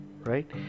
right